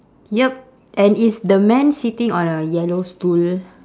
yup and is the man sitting on a yellow stool